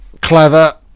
clever